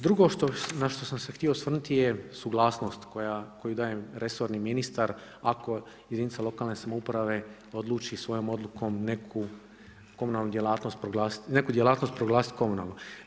Drugo na što sam se htio osvrnuti je suglasnost koju daje resorni ministar ako jedinica lokalne samouprave odluči svojom odlukom neku komunalnu djelatnost proglasiti, neku djelatnost proglasiti komunalnom.